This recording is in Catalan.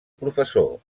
professor